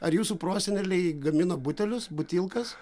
ar jūsų proseneliai gamino butelius butilkas